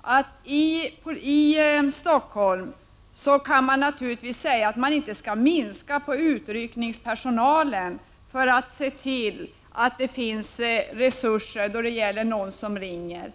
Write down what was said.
att man i Stockholm kan säga att man där inte skall minska på utryckningspersonalen, så att det inte finns resurser när någon ringer.